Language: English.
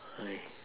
okay